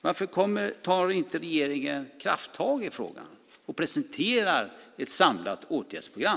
Varför tar inte regeringen krafttag i frågan och presenterar ett samlat åtgärdsprogram?